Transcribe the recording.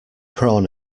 prawn